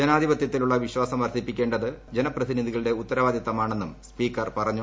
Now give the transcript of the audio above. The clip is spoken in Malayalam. ജനാധിപതൃത്തിലുള്ള വിശ്വാസം വർദ്ധിപ്പിക്കേണ്ടത് ജനപ്രതിനിധികളുടെ ഉത്തരവാദിത്തമാണെന്നും സ്പീക്കർ പറഞ്ഞു